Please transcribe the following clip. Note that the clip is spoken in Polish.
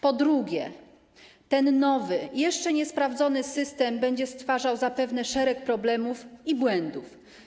Po drugie, ten nowy, jeszcze niesprawdzony system będzie stwarzał zapewne szereg problemów i błędów.